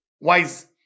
wise